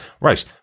right